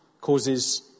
causes